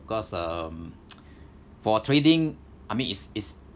cause um for trading I mean is is